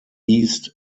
east